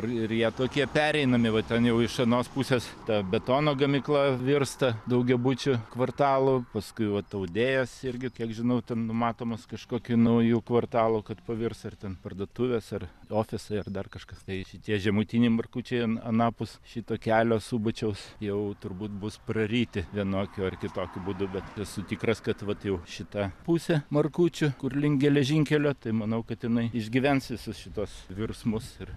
ir ir jie tokie pereinami va ten jau iš anos pusės ta betono gamykla virsta daugiabučių kvartalu paskui vat audėjas irgi kiek žinau ten numatomas kažkokiu nauju kvartalu kad pavirs ar ten parduotuvės ar ofisai ar dar kažkas tai šitie žemutiniai markučiai an anapus šito kelio subačiaus jau turbūt bus praryti vienokiu ar kitokiu būdu bet esu tikras kad vat jau šita pusė markučių kur link geležinkelio tai manau kad jinai išgyvens visus šituos virsmus ir